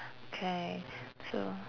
okay so